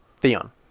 Theon